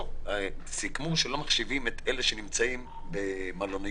סיכמו שלא מחשיבים את אלה שנמצאים במלוניות,